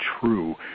true